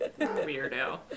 Weirdo